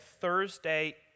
Thursday